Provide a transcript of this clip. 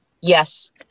Yes